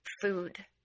food